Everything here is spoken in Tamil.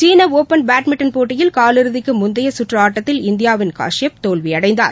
சீனாஒப்பள் பேட்மிண்டன் போட்டியில் காலிறதிக்குமுந்தையகற்றுஆட்டத்தில் இந்தியாவின் காஷியப் தோல்வியடைந்தார்